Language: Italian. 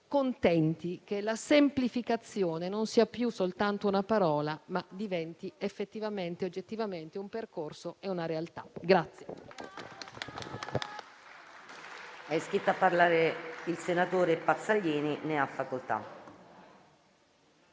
contenti che la semplificazione non sia più soltanto una parola, ma diventi effettivamente e oggettivamente un percorso e una realtà.